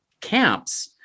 camps